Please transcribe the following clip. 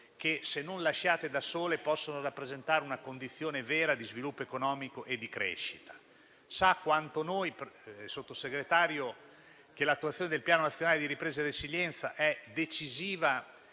che, se non lasciate da sole, possono rappresentare una condizione vera di sviluppo economico e di crescita. Sa quanto noi, signor Sottosegretario, che l'attuazione del Piano nazionale di ripresa e resilienza è decisiva